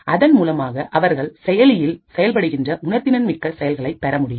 அதன் மூலமாக அவர்கள் செயலியில் செயல்படுகின்ற உணர்திறன் மிக்க தகவல்களை பெற முடியும்